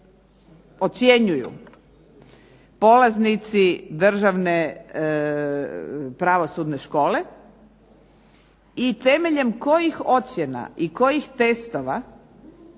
ocjenjuju polaznici državne pravosudne škole i temeljem kojih ocjena i kojih testova